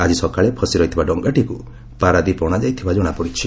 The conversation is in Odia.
ଆଜି ସକାଳେ ଫସି ରହିଥିବା ଡଙ୍ଗାଟିକ୍ ପାରାଦ୍ୱୀପ ଅଣାଯାଇଥିବା ଜଣାପଡ଼ିଛି